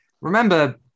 remember